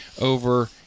over